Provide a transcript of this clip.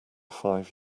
five